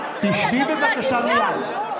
תשבי בבקשה מייד.